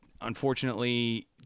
unfortunately